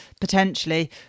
potentially